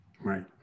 Right